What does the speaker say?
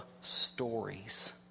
stories